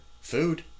food